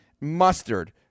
mustard